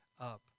up